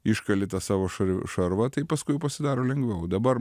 iškali tą savo šar šarvą tai paskui pasidaro lengviau dabar